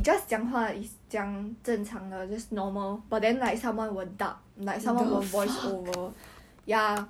no because that one is behind the scenes means is they are actually filming the actual thing already but 温小暖 voice is